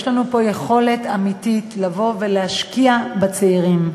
יש לנו פה יכולת אמיתית להשקיע בצעירים.